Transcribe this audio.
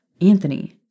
Anthony